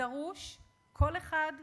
דרוש כל אחד,